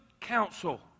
counsel